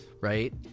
right